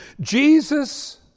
Jesus